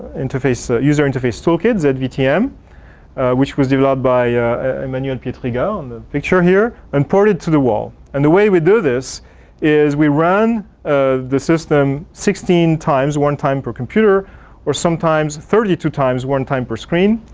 interface, the user interface toolkit, the zvtm um which was developed by emmanuel pietrega on the picture here and poured it to the wall. and the way we do this is we ran ah the system sixteen times, one time per computer or sometimes thirty two times, one time per screen.